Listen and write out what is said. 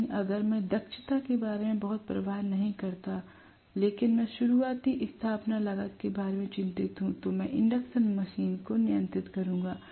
लेकिन अगर मैं दक्षता के बारे में बहुत परवाह नहीं करता हूं लेकिन मैं शुरुआती स्थापना लागत के बारे में चिंतित हूं तो मैं इंडक्शन मशीन को नियुक्त करूंगा